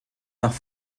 nach